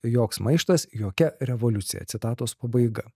joks maištas jokia revoliucija citatos pabaiga